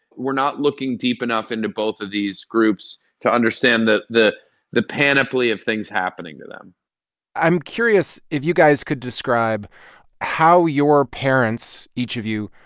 we're not looking deep enough into both of these groups to understand the the panoply of things happening to them i'm curious if you guys could describe how your parents, each of you,